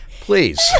Please